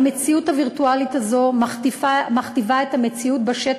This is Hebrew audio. המציאות הווירטואלית הזאת מכתיבה את המציאות בשטח,